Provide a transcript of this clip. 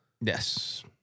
Yes